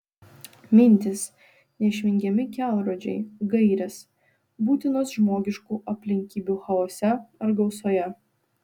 mintys neišvengiami kelrodžiai gairės būtinos žmogiškų aplinkybių chaose ar gausoje